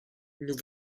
nous